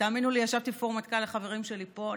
תאמינו לי, ישבתי בפורום מטכ"ל עם חברים שלי פה.